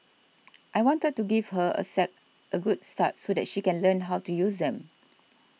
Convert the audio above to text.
I wanted to give her a set a good start so that she can learn how to use them